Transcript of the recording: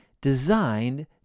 designed